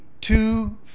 two